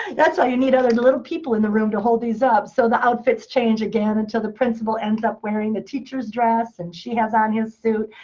that's why you need other little people in the room to hold these up, so the outfits change again until the principal ends up wearing the teacher's dress, and she has on his suit.